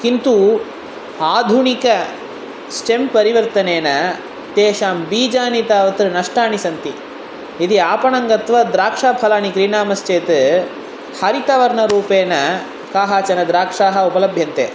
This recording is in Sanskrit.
किन्तु आधुनिक स्टें परिवर्तनेन तेषां बीजानि तावत् नष्टानि सन्ति यदि आपणं गत्वा द्राक्षाफलाणि क्रीणामश्चेत् हरितवर्णरूपेण काचन द्राक्षाः उपलभ्यन्ते